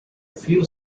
few